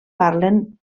parlen